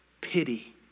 pity